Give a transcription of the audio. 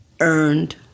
Earned